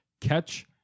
catch